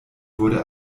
wurde